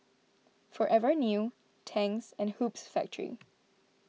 Forever New Tangs and Hoops Factory